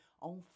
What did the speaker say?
on